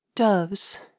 Doves